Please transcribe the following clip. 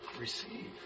receive